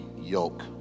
yoke